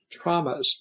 traumas